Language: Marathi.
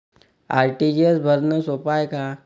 आर.टी.जी.एस भरनं सोप हाय का?